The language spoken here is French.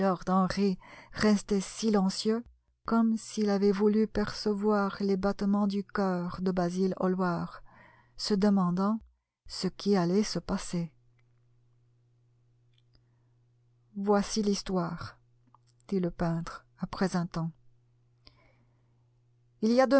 lord henry restait silencieux comme s'il avait voulu percevoir les battements de cœur de basil hallward se demandant ce qui allait se passer voici l'histoire dit le peintre après un temps il y a